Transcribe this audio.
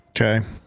Okay